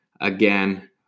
Again